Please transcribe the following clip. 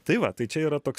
tai va tai čia yra toks